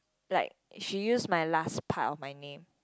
like she used my last part of my name